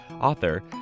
author